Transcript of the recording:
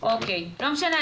--- לא משנה,